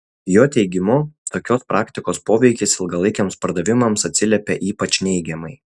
jo teigimu tokios praktikos poveikis ilgalaikiams pardavimams atsiliepia ypač neigiamai